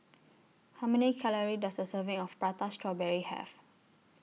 How Many Calories Does A Serving of Prata Strawberry Have